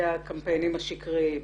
והקמפיינים השקריים.